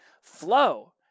Flow